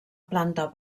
planta